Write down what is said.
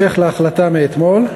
להחלטה מאתמול.